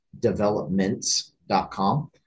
developments.com